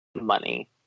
money